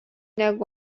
negu